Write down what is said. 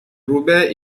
robert